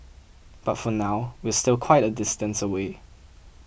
but for now we're still quite a distance away